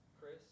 Chris